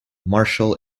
martial